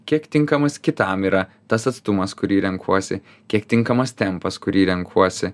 kiek tinkamas kitam yra tas atstumas kurį renkuosi kiek tinkamas tempas kurį renkuosi